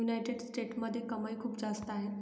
United स्टेट्समध्ये कमाई खूप जास्त आहे